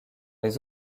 les